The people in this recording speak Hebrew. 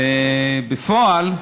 בפועל,